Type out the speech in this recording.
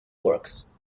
works